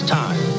time